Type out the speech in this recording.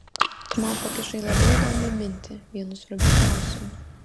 tu man pakišai labai įdomią mintį vienu svarbiu klausimu